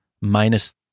minus